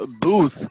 Booth